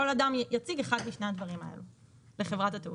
כל אדם יציג אחד משני הדברים האלה לחברת התעופה.